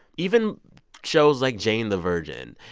even shows like jane the virgin.